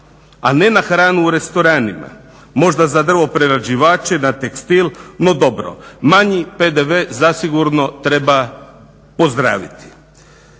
ne na hranu u restoranima možda za drvoprerađivače, na tekstil no dobro. Manji PDV zasigurno treba pozdraviti.